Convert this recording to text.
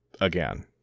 Again